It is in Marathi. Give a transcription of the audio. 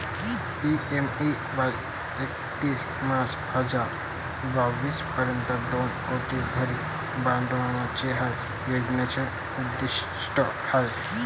पी.एम.ए.वाई एकतीस मार्च हजार बावीस पर्यंत दोन कोटी घरे बांधण्याचे या योजनेचे उद्दिष्ट आहे